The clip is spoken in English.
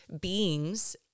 beings